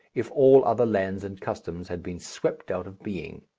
if all other lands and customs had been swept out of being.